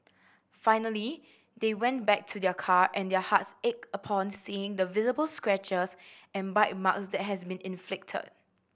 finally they went back to their car and their hearts ached upon seeing the visible scratches and bite marks that has been inflicted